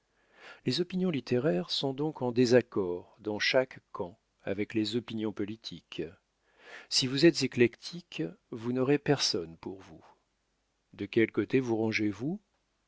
les opinions littéraires sont donc en désaccord dans chaque camp avec les opinions politiques si vous êtes éclectique vous n'aurez personne pour vous de quel côté vous rangez-vous